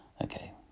Okay